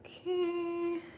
okay